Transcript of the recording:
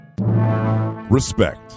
Respect